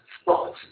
spot